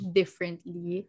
differently